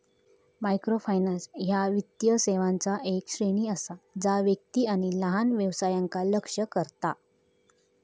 microfinance ह्या वित्तीय सेवांचा येक श्रेणी असा जा व्यक्ती आणि लहान व्यवसायांका लक्ष्य करता